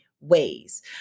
ways